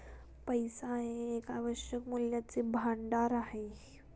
पैसा हे एक आवश्यक मूल्याचे भांडार आहे